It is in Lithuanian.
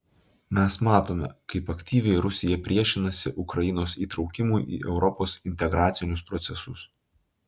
mes matome kaip aktyviai rusija priešinasi ukrainos įtraukimui į europos integracinius procesus